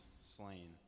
slain